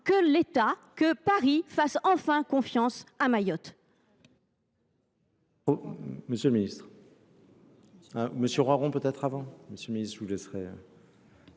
besoin que Paris fasse enfin confiance à Mayotte.